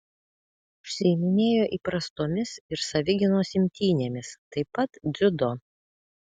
užsiiminėjo įprastomis ir savigynos imtynėmis taip pat dziudo